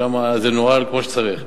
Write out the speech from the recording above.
שם זה נוהל כמו שצריך.